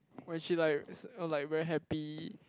when she like uh like very happy